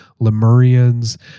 Lemurians